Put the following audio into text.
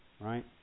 right